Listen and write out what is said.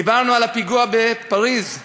דיברנו על הפיגוע בניס.